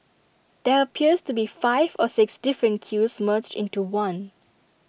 there appears to be five or six different queues merged into one